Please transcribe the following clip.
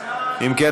אם כן,